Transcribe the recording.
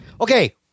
Okay